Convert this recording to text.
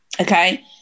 okay